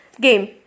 game